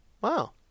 Wow